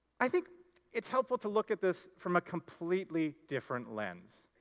i think it's helpful to look at this from a completely different lens,